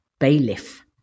bailiff